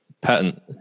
patent